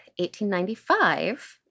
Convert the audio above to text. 1895